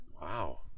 Wow